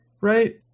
right